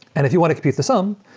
and if you want to compute the sum,